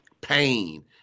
pain